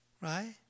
right